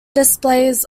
displays